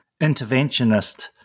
interventionist